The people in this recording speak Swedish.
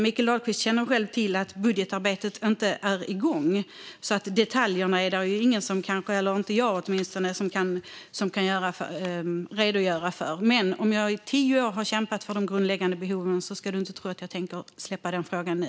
Mikael Dahlqvist känner själv till att budgetarbetet inte är igång. Alltså kan åtminstone inte jag redogöra för detaljerna. Men jag har i tio år kämpat för de grundläggande behoven. Han ska inte tro att jag tänker släppa den frågan nu.